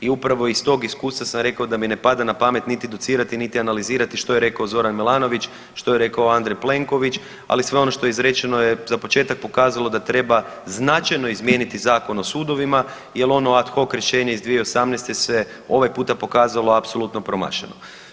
I upravo iz tog iskustva sam rekao da mi ne pada na pamet niti docirati niti analizirat što je rekao Zoran Milanović, što je rekao Andrej Plenković, ali sve ono što je izrečeno je za početak pokazalo da treba značajno izmijeniti Zakon o sudovima jer ono ad hoc rješenje iz 2018. se ovaj puta pokazalo apsolutno promašeno.